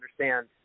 understand